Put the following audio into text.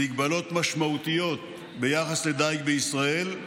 מגבלות משמעותיות ביחס לדיג בישראל,